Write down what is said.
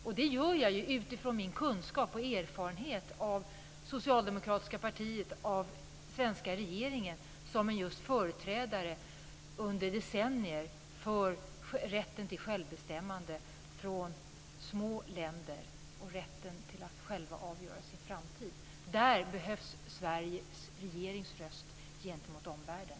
Jag gör denna jämförelse utifrån min kunskap om och erfarenhet av det socialdemokratiska partiet och den svenska regeringen som företrädare under decennier för rätten till självbestämmande för små länder och för rätten att själv avgöra sin framtid. Här behövs Sveriges regerings röst gentemot omvärlden.